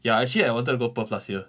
ya actually I wanted to go perth last year